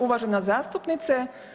Uvažena zastupnice.